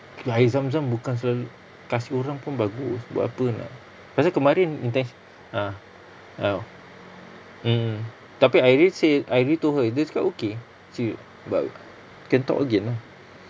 air zamzam bukan selalu kasi orang pun bagus buat apa n~ pasal kelmarin intenti~ a'ah a'ah mmhmm tapi I already say I already told her dia cakap okay she ba~ can talk again lah